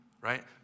right